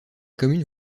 communes